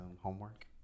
Homework